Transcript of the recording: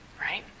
right